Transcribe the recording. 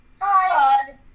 hi